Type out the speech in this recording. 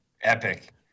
epic